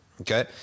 Okay